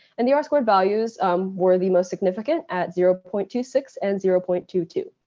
and the r squared values um were the most significant at zero point two six and zero point two two,